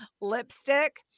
lipstick